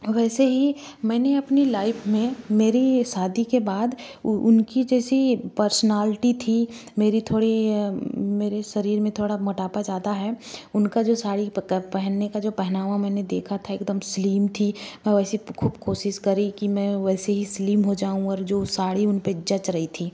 वैसे ही मैंने अपनी लाइफ में मेरी शादी के बाद उनकी जैसी पर्सनाल्टी थी मेरी थोड़ी मेरे शरीर में थोड़ा मोटापा ज़्यादा है उनका जो साड़ी पहनने का जो पहनावा मैंने देखा था एकदम स्लिम थी वैसे खूब कोशिश करी कि मैं वैसे ही स्लिम हो जाऊँ और जो साड़ी उन पे जच रही थी